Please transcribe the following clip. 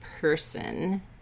person